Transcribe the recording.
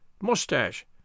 mustache